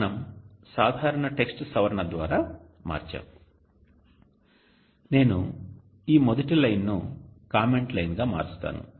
కాబట్టి మనం సాధారణ టెక్స్ట్ సవరణ ద్వారా మార్చాము నేను ఈ మొదటి లైను ను కామెంట్ లైన్ గా మారుస్తాను